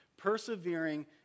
persevering